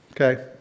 Okay